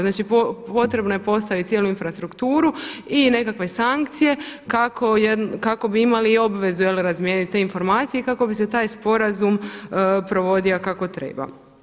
Znači potrebno je postaviti cijelu infrastrukturu i nekakve sankcije kako bi imali i obvezu razmijeniti te informacije i kako bi se taj sporazum provodio kako treba.